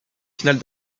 finale